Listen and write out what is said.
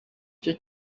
cyo